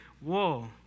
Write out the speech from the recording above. whoa